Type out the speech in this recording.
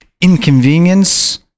inconvenience